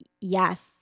yes